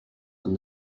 and